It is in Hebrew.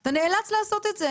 אתה נאלץ לעשות את זה,